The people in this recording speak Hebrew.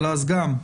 אבל אז גם,